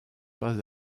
pas